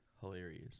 hilarious